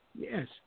Yes